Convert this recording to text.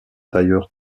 tailleur